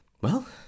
Well